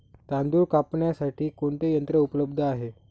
तांदूळ कापण्यासाठी कोणते यंत्र उपलब्ध आहे?